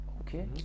okay